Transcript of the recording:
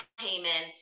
payment